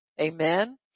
Amen